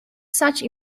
such